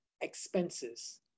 expenses